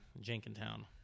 Jenkintown